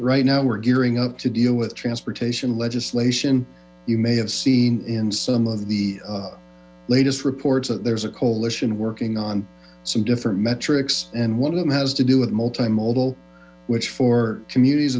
right now we're gearing up to deal with transportation legislation you may have seen in some of the latest reports that there's a coalition working on some different metrics and one of them has to do with multi modal which for communities